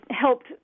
helped